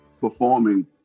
performing